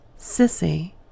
sissy